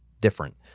different